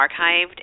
archived